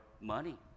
money